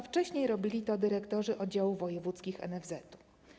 Wcześniej robili to dyrektorzy oddziałów wojewódzkich NFZ-u.